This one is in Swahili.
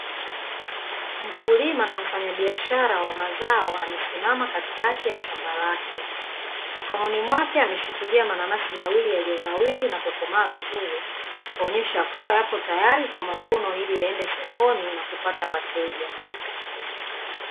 Mkulima na mfanyabiashara wa mazao amesimama katikati ya shamba lake, mikononi mwake ameshikilia mananasi mawili yaliyonawiri na kukomaa vizuri kuonesha kuwa yako tayari kwa mavuno ili yaende sokoni na kupata wateja.